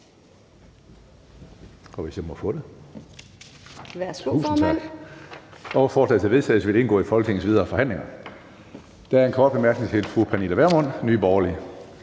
Tredje næstformand (Karsten Hønge): Forslaget til vedtagelse vil indgå i Folketingets videre forhandlinger. Der er en kort bemærkning til fru Pernille Vermund, Nye Borgerlige.